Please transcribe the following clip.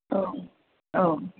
औ औ